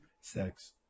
sex